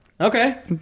Okay